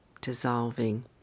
dissolving